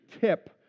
tip